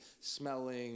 smelling